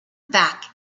back